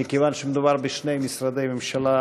מיקי רוזנטל,